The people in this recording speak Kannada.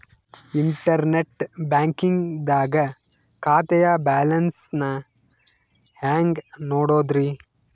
ಇಂಟರ್ನೆಟ್ ಬ್ಯಾಂಕಿಂಗ್ ದಾಗ ಖಾತೆಯ ಬ್ಯಾಲೆನ್ಸ್ ನ ಹೆಂಗ್ ನೋಡುದ್ರಿ?